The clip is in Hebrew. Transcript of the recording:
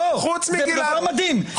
זה דבר מדהים,